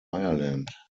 ireland